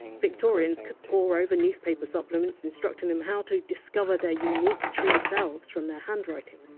victorians could pore over newspaper supplements instructing them how to discover their unique true selves from their handwriting,